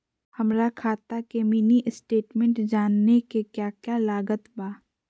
हमरा खाता के मिनी स्टेटमेंट जानने के क्या क्या लागत बा?